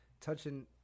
touching